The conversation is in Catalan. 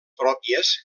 pròpies